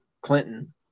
Clinton